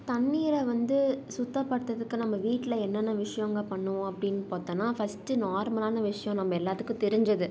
தண்ணீரை வந்து சுத்தப்படுத்துறதுக்கு நம்ம வீட்டில் என்னென்ன விஷயங்க பண்ணுவோம் அப்படின்னு பார்த்தோன்னா ஃபஸ்ட்டு நார்மலான விஷயம் நம்ம எல்லோத்துக்கும் தெரிஞ்சது